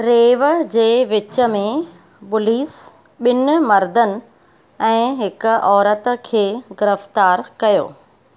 रेव जे विच में पुलिस ॿिनि मर्दनि ऐं हिकु औरत खे गिरफ़्तारु कयो